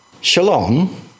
Shalom